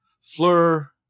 Fleur